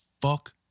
fuck